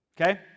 Okay